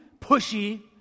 pushy